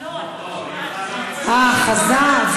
לא, אה, חזרת.